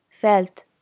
Felt